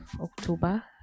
october